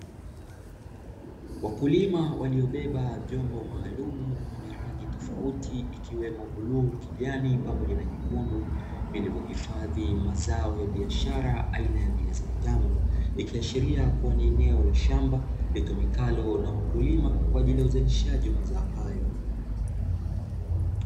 Wakulima waliobeba vyombo maalumu vyenye rangi tofauti ikiwemo bluu kijani pamoja na nyekundu vilivyohifadhi mazao ya biashara aina ya viazi vitamu, vikiashiria kuwa ni eneo la shamba litumikalo na wakulima kwa ajili ya uzalishaji wa mazao hayo.